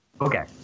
Okay